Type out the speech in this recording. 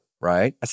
right